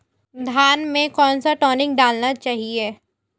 धान में कौन सा टॉनिक डालना चाहिए?